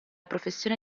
professione